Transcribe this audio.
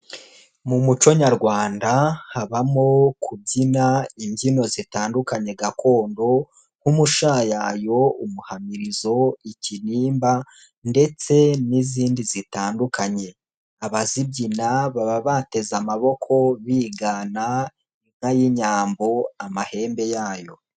Mu muco nyarwanda habamo kubyina imbyino zitandukanye gakondo nk'umushayayo, umuhamirizo, ikininimba ndetse n'izindi zitandukanye, abazibyina baba bateze amaboko bigana inka y'inyambo amahembe yayo.